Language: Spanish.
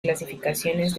clasificaciones